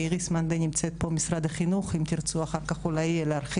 איריס מנדה ממשרד החינוך נמצאת פה אם תרצו אחר כך להרחיב בנושא.